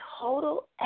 total